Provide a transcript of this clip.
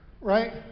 right